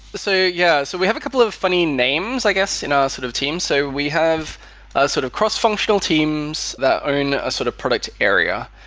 so yeah. so we have a couple of funny names, i guess, in our sort of teams. so we have a sort of cross functional teams that own a sort of product area.